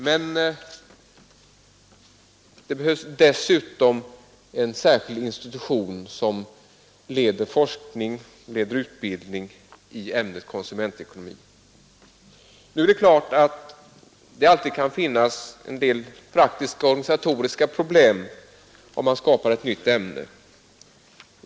Men det behövs dessutom en särskild institution som leder forskning och utbildning i ämnet konsumentekonomi Det är klart att det kan uppstå en del praktiska och organisatoriska problem, om man skapar ett nytt ämne.